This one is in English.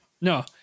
no